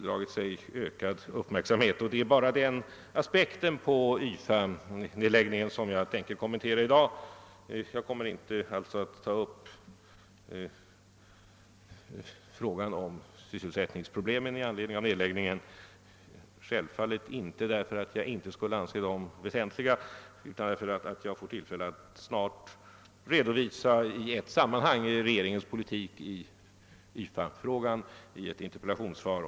Jag har bara tänkt kommentera den aspekten av YFA:s nedläggning nu. Jag kommer alltså inte att ta upp sysselsättningsproblemet i anledning av nedläggningen — självfallet inte därför att jag inte skulle anse det vara väsentligt, utan därför att jag får tillfälle att om några dagar i ett sammanhang redovisa regeringens politik i YFA-frågan i ett interpellationssvar.